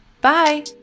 Bye